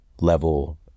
level